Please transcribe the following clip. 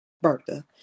Bertha